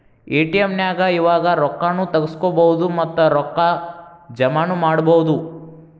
ATM ನ್ಯಾಗ್ ಇವಾಗ ರೊಕ್ಕಾ ನು ತಗ್ಸ್ಕೊಬೊದು ಮತ್ತ ರೊಕ್ಕಾ ಜಮಾನು ಮಾಡ್ಬೊದು